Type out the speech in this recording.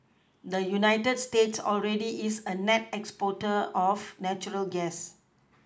the United States already is a net exporter of natural gas